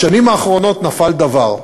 בשנים האחרונות נפל דבר,